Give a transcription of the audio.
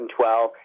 2012